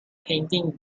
painting